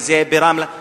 אם ברמלה.